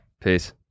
Peace